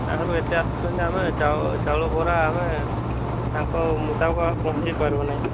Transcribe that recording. ଗ୍ରାହକ ଏତେ ଆସୁଛନ୍ତି ଆମେ ଚାଉଳ ବରା ଆମେ ତାଙ୍କ ମୁତାବକ ପହଞ୍ଚେଇ ପାରିବୁନାହିଁ